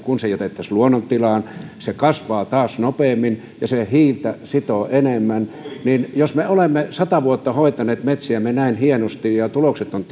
kuin jos se jätettäisiin luonnontilaan se kasvaa taas nopeammin ja se sitoo hiiltä enemmän jos me olemme sata vuotta hoitaneet metsiämme näin hienosti ja ja tulokset ovat